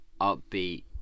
upbeat